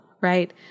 right